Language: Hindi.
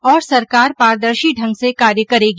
और सरकार पारदर्शी ढंग से कार्य करेगी